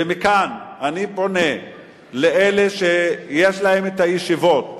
ומכאן אני פונה לאלה שיש להם הישיבות,